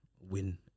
win